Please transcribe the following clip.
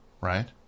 right